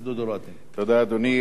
אדוני היושב-ראש,